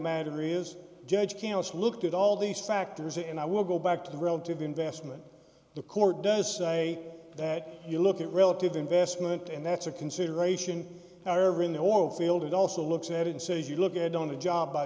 matter is judge can also look at all these factors and i will go back to the relative investment the court does say that you look at relative investment and that's a consideration however in the oil field it also looks at it and say you look at it on a job by